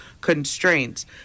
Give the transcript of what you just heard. constraints